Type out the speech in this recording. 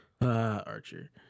archer